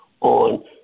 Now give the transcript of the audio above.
on